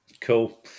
Cool